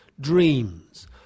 dreams